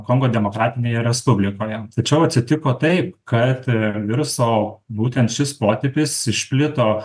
kongo demokratinėje respublikoje tačiau atsitiko taip kad ir viruso būtent šis potipis išplito